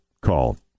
called